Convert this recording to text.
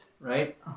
right